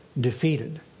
defeated